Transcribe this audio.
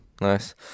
nice